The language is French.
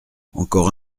encore